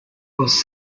was